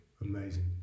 Amazing